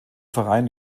verein